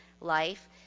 life